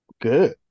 Good